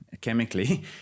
chemically